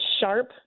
sharp